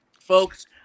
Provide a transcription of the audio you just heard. folks